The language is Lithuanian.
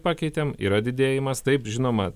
pakeitėm yra didėjimas taip žinoma